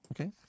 Okay